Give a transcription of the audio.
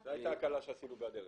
זו הייתה ההקלה שעשינו בדרך.